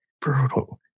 brutal